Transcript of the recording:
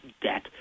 debt